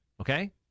Okay